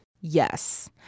Yes